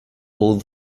all